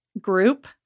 group